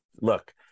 Look